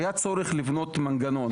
היה צורך לבנות מנגנון.